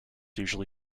usually